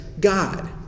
God